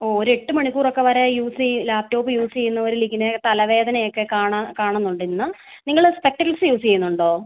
ഓ ഒരു എട്ട് മണിക്കൂർ ഒക്കെ വരെ യൂസ് ലാപ്ടോപ്പ് യൂസ് ചെയ്യുന്നവരിൽ ഇങ്ങനെ തലവേദന ഒക്കെ കാണുന്നുണ്ട് ഇന്ന് നിങ്ങൾ സ്പെക്റ്റകിൾസ് യൂസ് ചെയ്യുന്നുണ്ടോ